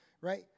right